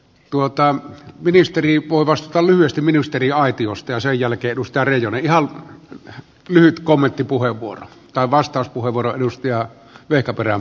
tuota ministeri voi vastata lyhyesti ministeriaitiosta ja sen jälkeen nustarin ja medialle että lyhyt kommenttipuheenvuoron tai vastauspuheenvuoro edusti ja ulkopuolella